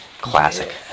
Classic